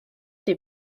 des